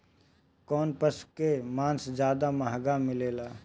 कौन पशु के मांस ज्यादा महंगा मिलेला?